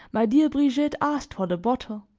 my dear brigitte asked for the bottle